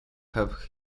have